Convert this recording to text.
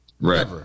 Right